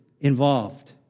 involved